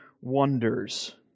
wonders